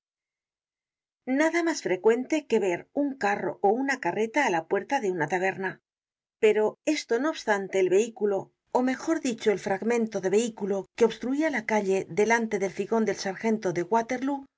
nada mas frecuente que ver un carro ó una carreta á la puerta de una taberna pero esto no obstante el vehículo ó mejor dicho el fragmento de vehículo que obstruia la calle delante del figon del sargento de waterloo una